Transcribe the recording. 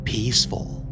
Peaceful